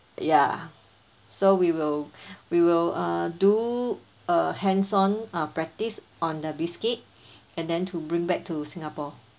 ya so we will we will err do a hands on err practice on the biscuit and then to bring back to singapore